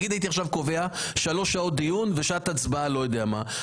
נגיד הייתי עכשיו קובע שלוש שעות דיון ושעת הצבעה לא יודע מה.